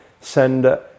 Send